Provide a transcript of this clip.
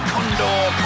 Condor